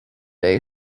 day